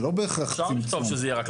זה לא בהכרח צמצום.